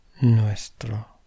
Nuestro